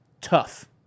tough